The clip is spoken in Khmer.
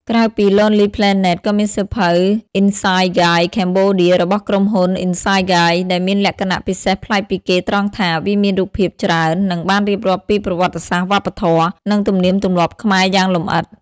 ក្រៅពី Lonely Planet ក៏មានសៀវភៅ Insight Guides Cambodia របស់ក្រុមហ៊ុន Insight Guides ដែលមានលក្ខណៈពិសេសប្លែកពីគេត្រង់ថា វាមានរូបភាពច្រើន និងបានរៀបរាប់ពីប្រវត្តិសាស្ត្រ វប្បធម៌ និងទំនៀមទម្លាប់ខ្មែរយ៉ាងលម្អិត។